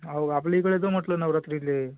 हो का आपल्या इकडे ये म्हटलं नवरात्रीला